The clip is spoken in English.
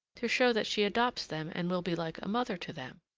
to show that she adopts them and will be like a mother to them.